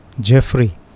jeffrey